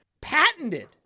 patented